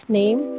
name